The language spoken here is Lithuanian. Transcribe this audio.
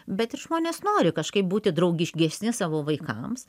bet ir žmonės nori kažkaip būti draugiškesni savo vaikams